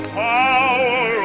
power